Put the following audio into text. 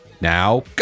Now